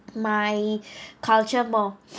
my culture more